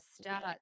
start